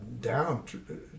down